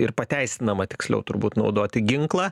ir pateisinama tiksliau turbūt naudoti ginklą